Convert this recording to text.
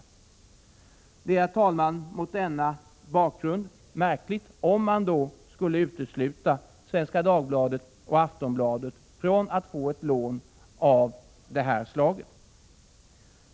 Det vore, herr talman, mot denna bakgrund märkligt om man skulle utesluta Svenska Dagbladet och Aftonbladet från att få ett lån av detta slag.